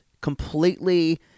completely